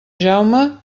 jaume